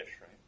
right